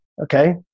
Okay